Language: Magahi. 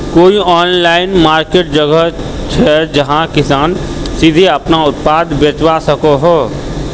कोई ऑनलाइन मार्किट जगह छे जहाँ किसान सीधे अपना उत्पाद बचवा सको हो?